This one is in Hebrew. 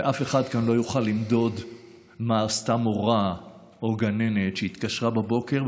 ואף אחד כאן לא יוכל למדוד מה עשתה מורה או גננת שהתקשרה בבוקר,